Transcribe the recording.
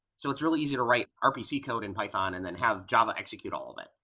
so it's really easy to write rpc code in python and then have java execute all of it.